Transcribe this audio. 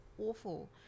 awful